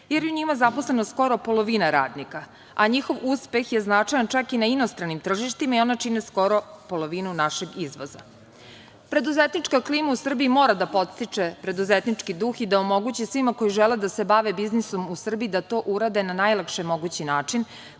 je u njima zaposleno skoro polovina radnika, a njihov uspeh je značajan čak i na inostranim tržištima i ona čine skoro polovinu našeg izvoza. Preduzetnička klima u Srbiji mora da podstiče preduzetnički duh i da omogući svima koji žele da se bave biznisom u Srbiji da to urade na najlakši mogući način,